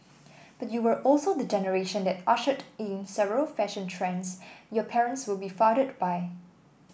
but you were also the generation that ushered in several fashion trends your parents were befuddled by